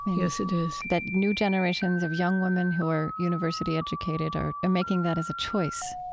yes, it is, that new generations of young women who are university-educated are are making that as a choice?